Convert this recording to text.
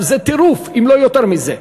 זה טירוף, אם לא יותר מזה.